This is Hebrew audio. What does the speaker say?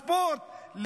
הספורט,